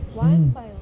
mm